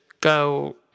go